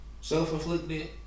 self-inflicted